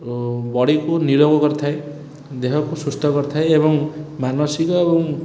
ଓ ବଡ଼ିକୁ ନିରବ କରିଥାଏ ଦେହକୁ ସୁସ୍ଥ କରିଥାଏ ଏବଂ ମାନସିକ ଏବଂ